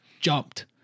jumped